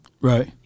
Right